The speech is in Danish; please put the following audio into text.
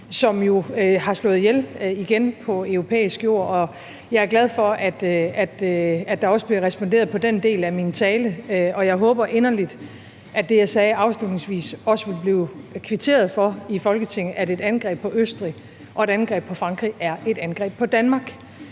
blevet slået ihjel på europæisk jord. Jeg er glad for, at der også bliver responderet på den del af min tale, og jeg håber inderligt, at der i Folketinget også vil blive kvitteret for det, jeg sagde afslutningsvis, nemlig at et angreb på Østrig og et angreb på Frankrig er et angreb på Danmark